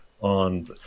on